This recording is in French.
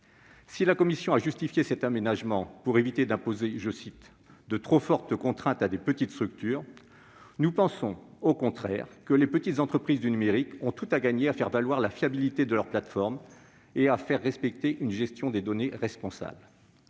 La commission a justifié cet aménagement en indiquant que cela « évitera d'imposer de trop fortes contraintes à de petites structures », mais nous pensons au contraire que les petites entreprises du numérique ont tout à gagner à faire valoir la fiabilité de leur plateforme et à faire respecter une gestion responsable